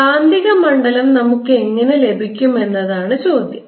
കാന്തിക മണ്ഡലം നമുക്ക് എങ്ങനെ ലഭിക്കും എന്നതാണ് ചോദ്യം